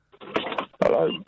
Hello